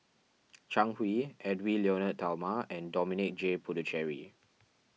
Zhang Hui Edwy Lyonet Talma and Dominic J Puthucheary